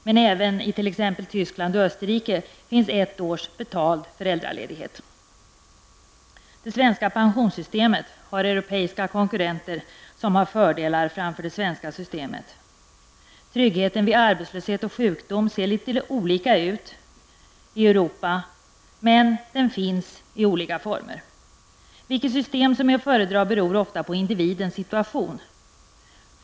Men även i t.ex. Tyskland och Österrike finns ett års föräldraledighet. Det svenska pensionssystemet har europeiska konkurrenter som har fördelar framför det svenska systemet. Tryggheten vid arbetslöshet och sjukdom ser litet olika ut i Europa men finns i olika former. Vilket system som är att föredra beror ofta på individens situation.